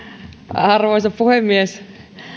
arvoisa puhemies